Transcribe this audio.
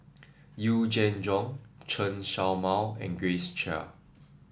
Yee Jenn Jong Chen Show Mao and Grace Chia